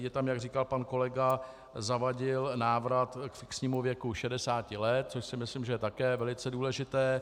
Je tam, jak říkal pan kolega Zavadil, návrat k fixnímu věku šedesáti let, což si myslím, že je také velice důležité.